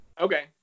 Okay